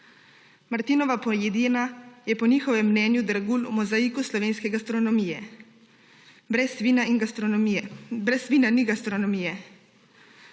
Martinova pojedina je po njihovem mnenju dragulj v mozaiku slovenske gastronomije, brez vina ni gastronomije.